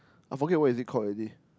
I forget what is it called already